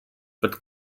but